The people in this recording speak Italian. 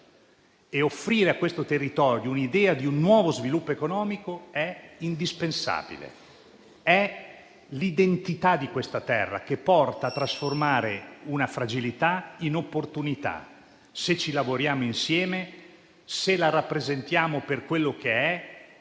offrire a questo territorio un'idea di un nuovo sviluppo economico è indispensabile, è l'identità di questa terra che porta a trasformare una fragilità in opportunità, se ci lavoriamo insieme, se la rappresentiamo per quello che è,